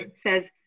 says